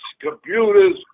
computers